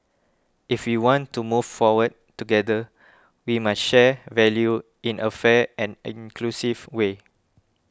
if we want to move forward together we must share value in a fair and inclusive way